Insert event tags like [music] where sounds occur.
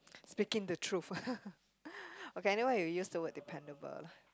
speaking the truth [laughs] okay anyway we use the word dependable lah